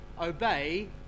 Obey